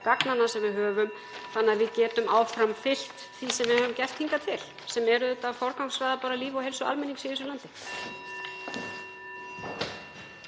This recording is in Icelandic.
gagnanna sem við höfum þannig að við getum áfram fylgt því sem við höfum gert hingað til, sem er auðvitað að forgangsraða lífi og heilsu almennings í þessu landi.